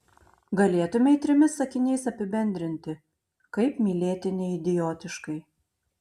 galėtumei trimis sakiniais apibendrinti kaip mylėti neidiotiškai